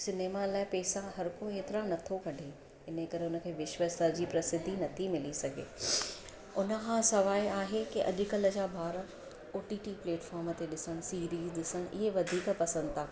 cinema लाइ पैसा हर कोई हेतिरा नथो कढे इनकरे हुनखे विश्व स्तर जी प्रसिद्धी नथी मिली सघे हुन खां सवाइ आहे की अॼुकल्ह जा ॿार O T T platform ते ॾिसनि सीरीज़ ॾिसणु इहो वधीक पसंदि था कनि